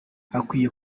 hakwiye